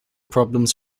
problems